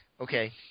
Okay